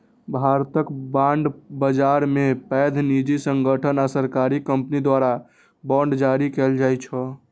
भारतक बांड बाजार मे पैघ निजी संगठन आ सरकारी कंपनी द्वारा बांड जारी कैल जाइ छै